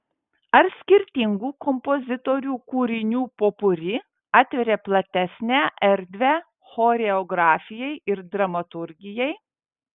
ar skirtingų kompozitorių kūrinių popuri atveria platesnę erdvę choreografijai ir dramaturgijai